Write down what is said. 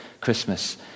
Christmas